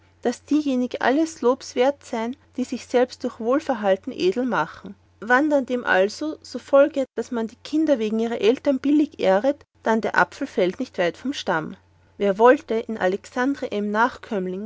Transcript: daß diejenige alles lobs wert sein die sich selbst durch wohlverhalten edel machen wann dann dem also so folget daß man die kinder wegen ihrer eltern billig ehret dann der apfel fällt nicht weit vom stamm wer woll te in